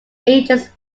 agents